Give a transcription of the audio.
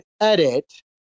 edit